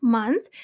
Month